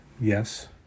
Yes